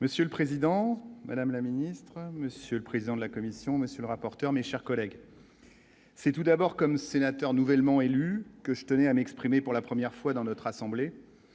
Monsieur le Président, Madame la Ministre, Monsieur le président de la Commission, monsieur le rapporteur, mes chers collègues, c'est tout d'abord comme sénateurs nouvellement élu que je tenais à m'exprimer pour la première fois dans notre assemblée